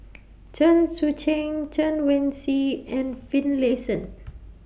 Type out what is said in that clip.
Chen Sucheng Chen Wen Hsi and Finlayson